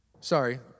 Sorry